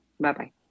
Bye-bye